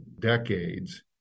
decades